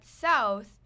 South